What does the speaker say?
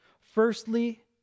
Firstly